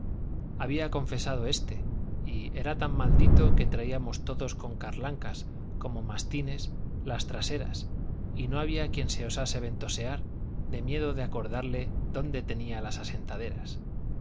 había confesado este y era tan maldito que traíamos todos con carlancas como mastines las traseras y no había quien se osase ventosear de miedo de acordarle dónde tenía las asentaderas